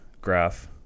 graph